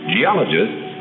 Geologists